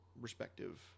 respective